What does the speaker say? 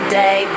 day